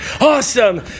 awesome